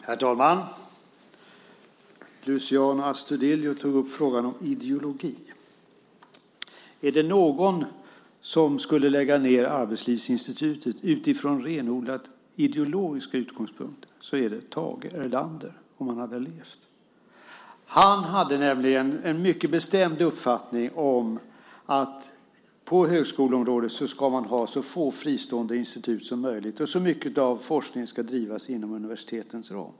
Herr talman! Luciano Astudillo tog upp frågan om ideologi. Är det någon som skulle lägga ned Arbetslivsinstitutet utifrån renodlat ideologiska utgångspunkter vore det Tage Erlander, om han hade levt. Han hade nämligen en mycket bestämd uppfattning om att på högskoleområdet ska man ha så få fristående institut som möjligt och så mycket av forskningen som möjligt ska bedrivas inom universitetens ram.